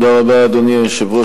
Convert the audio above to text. אדוני היושב-ראש,